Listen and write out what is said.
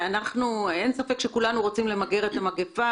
אין ספק שכולנו רוצים למגר את המגפה,